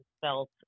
felt